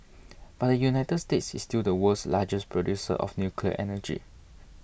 but the United States is still the world's largest producer of nuclear energy